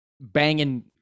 banging